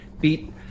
beat